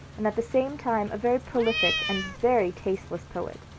and at the same time a very prolific and very tasteless poet,